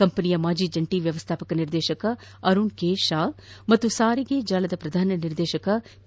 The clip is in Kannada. ಕಂಪನಿಯ ಮಾಜಿ ಜಿಂಟಿ ವ್ಯವಸ್ಥಾಪಕ ನಿರ್ದೇಶಕ ಅರುಣ್ ಕೆ ಶಹಾ ಮತ್ತು ಸಾರಿಗೆ ಜಾಲದ ಪ್ರಧಾನ ನಿರ್ದೇಶಕ ಕೆ